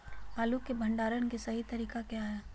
आलू के भंडारण के सही तरीका क्या है?